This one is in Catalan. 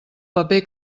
paper